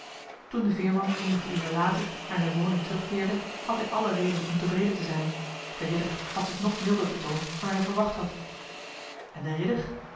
toen de veerman eenige uren later naar zijne woning terugkeerde had hij alle reden om tevreden te zijn de ridder had zich nog milder betoond dan hij verwacht had en de ridder